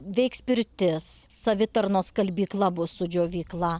veiks pirtis savitarnos skalbykla bus su džiovykla